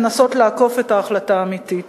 שמנסות לעקוף את ההחלטה האמיתית: